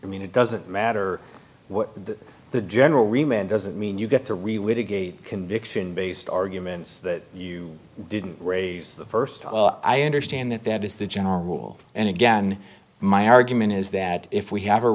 i mean it doesn't matter what the general riemann doesn't mean you get to reword agape conviction based arguments that you didn't raise the first i understand that that is the general rule and again my argument is that if we have a